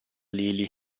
lily